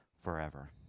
forever